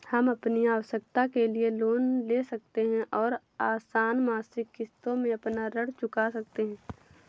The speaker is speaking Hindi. हम अपनी आवश्कता के लिए लोन ले सकते है और आसन मासिक किश्तों में अपना ऋण चुका सकते है